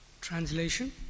Translation